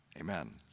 amen